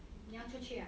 你要出去啊